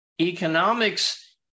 Economics